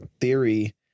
theory